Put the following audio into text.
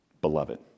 beloved